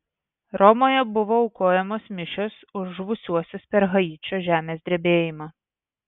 romoje buvo aukojamos mišios už žuvusiuosius per haičio žemės drebėjimą